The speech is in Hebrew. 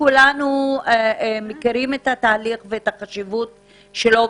כולנו מכירים את התהליך ומכירים בחשיבותו.